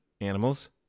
animals